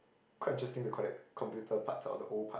quite interesting to collect computer parts or the old part